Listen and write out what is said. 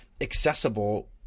accessible